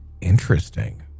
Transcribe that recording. Interesting